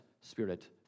spirit